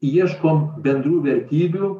ieškom bendrų vertybių